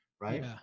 right